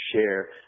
share